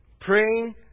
praying